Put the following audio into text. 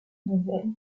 nouvelles